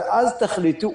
ואז תחליטו.